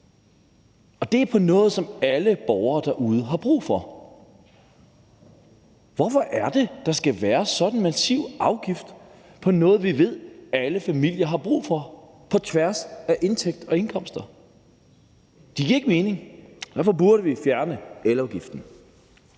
er afgift på noget, som alle borgere derude har brug for. Hvorfor er det, der skal være sådan en massiv afgift på noget, vi ved alle familier har brug for på tværs af indtægt og indkomst? Det giver ikke mening. Derfor burde vi fjerne elafgiften.